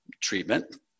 treatment